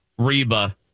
Reba